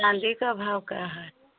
चाँदी का भाव क्या है